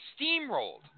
steamrolled